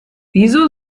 wieso